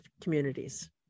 communities